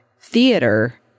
theater